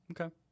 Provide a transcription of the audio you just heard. Okay